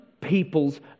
people's